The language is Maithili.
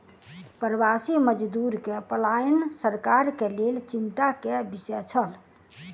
प्रवासी मजदूर के पलायन सरकार के लेल चिंता के विषय छल